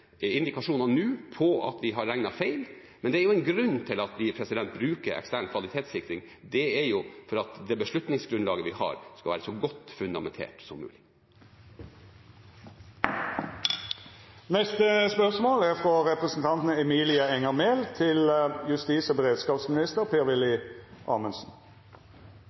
nå på at vi har regnet feil, men det er jo en grunn til at vi bruker ekstern kvalitetssikring. Det er for at beslutningsgrunnlaget vi har, skal være så godt fundamentert som mulig. «To nye grensepolitibiler skal stasjoneres i Østfold og Finnmark. Det er